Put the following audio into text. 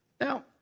Now